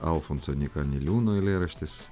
alfonso nyka niliūno eilėraštis